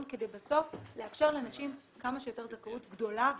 כדי בסוף לאפשר לנשים כמה שיותר זכאות גדולה וטובה.